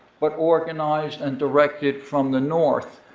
but organized and directed from the north.